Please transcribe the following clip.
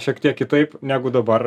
šiek tiek kitaip negu dabar